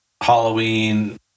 Halloween